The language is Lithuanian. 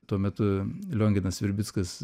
tuo metu lionginas virbickas